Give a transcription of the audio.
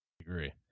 Agree